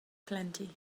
plenty